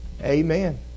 Amen